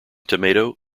tomato